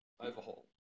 Overhaul